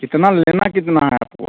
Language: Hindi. कितना लेना कितना है आपको